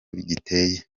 giteye